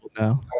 now